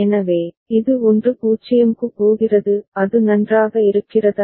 எனவே இது 1 0 க்கு போகிறது அது நன்றாக இருக்கிறதா